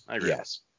yes